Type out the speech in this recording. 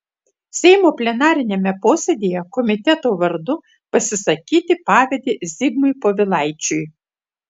seimo plenariniame posėdyje komiteto vardu pasisakyti pavedė zigmui povilaičiui